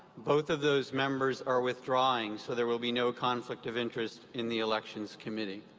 both of those members are withdrawing so there will be no conflict of interest in the elections committee.